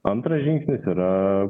antras žingsnis yra